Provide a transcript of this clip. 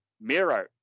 Miro